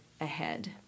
ahead